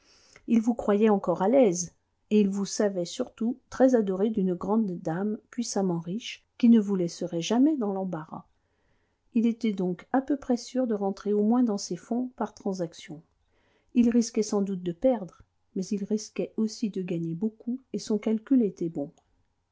il vous croyait encore à votre aise et il vous savait surtout très adoré d'une grande dame puissamment riche qui ne vous laisserait jamais dans l'embarras il était donc à peu près sûr de rentrer au moins dans ses fonds par transaction il risquait sans doute de perdre mais il risquait aussi de gagner beaucoup et son calcul était bon